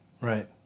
right